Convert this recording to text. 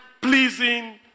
pleasing